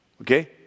Okay